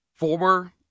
Former